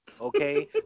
Okay